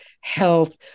health